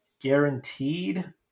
guaranteed